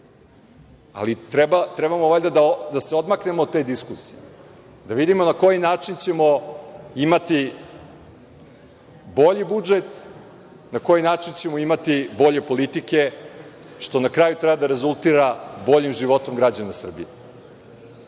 ali treba valjda da se odmaknemo od te diskusije, da vidimo na koji način ćemo imati bolji budžet, na koji način ćemo imati bolje politike, što na kraju treba da rezultira boljim životom građana Srbije. Ja